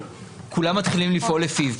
כולם מתחילים לפעול לפיו.